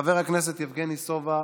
חבר הכנסת יבגני סובה,